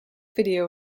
video